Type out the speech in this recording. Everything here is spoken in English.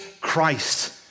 Christ